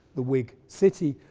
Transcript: the whig city,